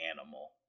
animal